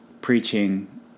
preaching